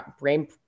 brain